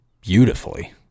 beautifully